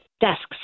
desks